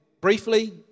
briefly